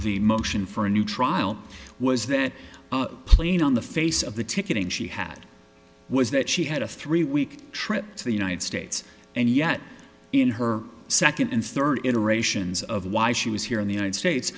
the motion for a new trial was that plane on the face of the ticketing she had was that she had a three week trip to the united states and yet in her second and third iterations of why she was here in the united states